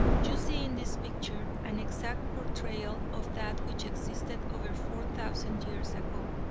you see in this picture, an exact portrayal of that which existed over four thousand years ago.